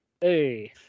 Hey